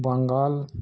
Bengal